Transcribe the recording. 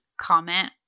comment